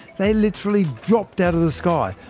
they literally dropped out of the sky,